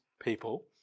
people